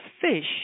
fish